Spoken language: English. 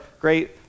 great